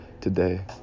today